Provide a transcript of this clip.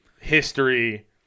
history